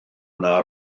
yna